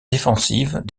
défensives